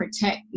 protect